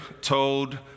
told